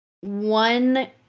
one